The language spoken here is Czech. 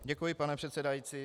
Děkuji, pane předsedající.